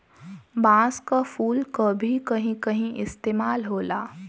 बांस क फुल क भी कहीं कहीं इस्तेमाल होला